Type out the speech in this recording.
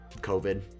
COVID